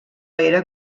era